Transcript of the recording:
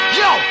yo